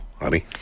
honey